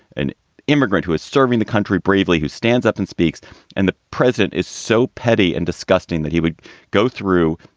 an immigrant who is serving the country bravely, who stands up and speaks in and the present, is so petty and disgusting that he would go through,